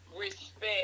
respect